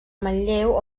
manlleu